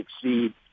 succeed